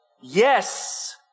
Yes